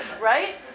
right